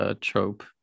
trope